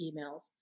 emails